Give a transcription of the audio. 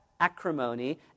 acrimony